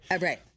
Right